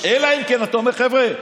אלא אם כן אתה אומר: חבר'ה,